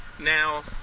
Now